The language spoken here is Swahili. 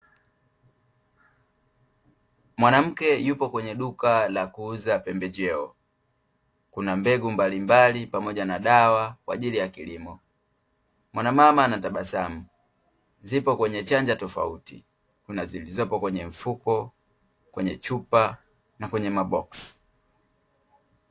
Mwanamke yupo kwenye duka la kuuza pembejeo, kuna mbegu mbalimbali pamoja na dawa kwa ajili ya kilimo. Mwanamama anatabasamu, zipo kwenye chanja tofauti kuna zilizopo kwenye mfuko kwenye chupa na kwenye maboksi.